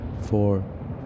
four